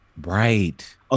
right